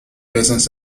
business